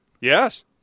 Yes